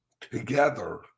together